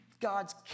God's